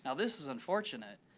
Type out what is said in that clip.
ah this is unfortunate,